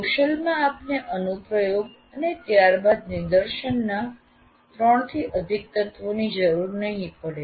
કૌશલમાં આપને અનુપ્રયોગ અને ત્યાર બાદ નિદર્શનના ૩ થી અધિક તત્વોની જરૂર નહિ પડે